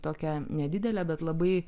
tokią nedidelę bet labai